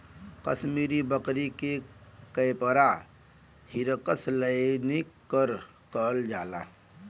कसमीरी बकरी के capra hircus laniger कहल जाला